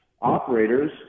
operators